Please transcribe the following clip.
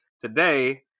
Today